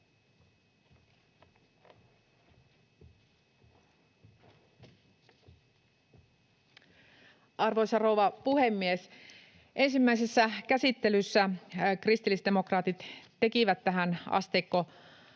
Arvoisa rouva puhemies! Ensimmäisessä käsittelyssä kristillisdemokraatit tekivät tähän asteikkolakiin